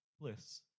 bliss